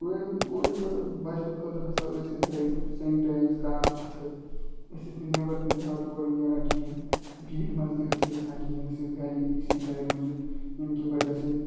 covid کووِڈٕ خٲطرٕبچنہٕ خٲطرٕ ہَسا ٲسۍ أسۍ گَرِ سینِٹایز کَران اَتھٕ أسۍ ٲس نہٕ نٮ۪بَر تہِ زیادٕ تورٕ نیران کِہیٖنٛۍ بیٖڈِ منٛز تہِ ٲسۍ نہٕ گژھان کِہیٖنٛۍ أسۍ ٲسۍ گَری أکۍسٕے جایہِ روِٗزِتھ ییٚمہِ کہِ وجہ سۭتۍ